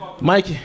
Mike